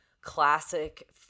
classic